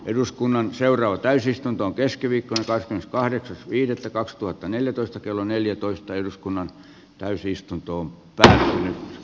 eduskunnan seuraava täysistunto on keskiviikosta kahdeksas viidettä kaksituhattaneljätoista kello neljätoista eduskunnan täysistuntoon p toisella